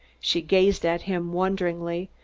she gazed at him wonderingly,